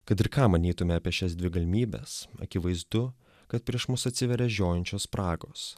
kad ir ką manytume apie šias dvi galimybes akivaizdu kad prieš mus atsiveria žiojinčios spragos